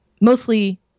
mostly